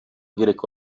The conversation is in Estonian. kiriku